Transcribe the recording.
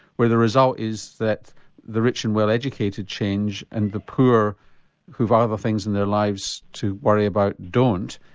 where the result is that the rich and well educated change and the poor who've ah other things in their lives to worry about don't.